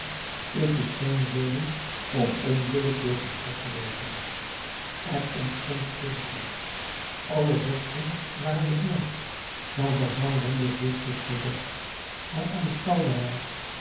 is dit geen reden om onbillijk jegens god te wezen er ontstond stilte aller borsten waren bekneld jean valjean wendde zich tot cosette hij aanschouwde haar